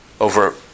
over